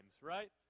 right